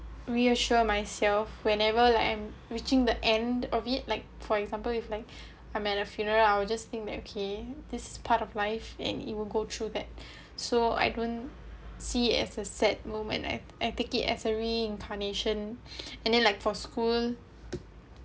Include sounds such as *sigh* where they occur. reassure myself whenever like I'm reaching the end of it like for example if like I'm at a funeral I'll just think that okay this is part of life and you will go through that so I don't see as a sad moment I I take it as a reincarnation *breath* and then like for school